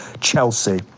Chelsea